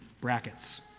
brackets